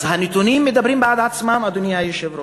אז הנתונים מדברים בעד עצמם, אדוני היושב-ראש.